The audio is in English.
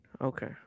okay